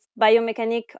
biomechanic